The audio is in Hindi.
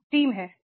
एक टीम है